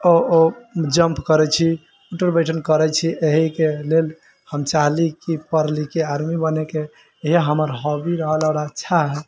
jump करै छी उठक बैठक करै छी एहिके लेल हम चाहली की पढ़ लिख के आर्मी बने के इहे हमर हॉबी रहल आओर अच्छा है